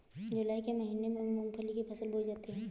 जूलाई के महीने में मूंगफली की फसल बोई जाती है